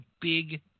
big